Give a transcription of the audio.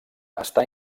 està